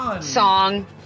song